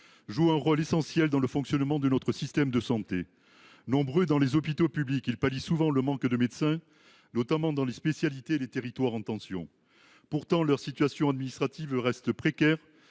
jouent un rôle essentiel dans le fonctionnement de notre système de santé. Nombreux dans les hôpitaux publics, ils pallient souvent le manque de médecins, notamment dans les spécialités et les territoires en tension. Pourtant, leur situation administrative reste précaire,